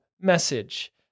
message